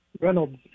Reynolds